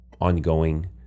ongoing